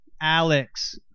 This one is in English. Alex